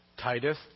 Titus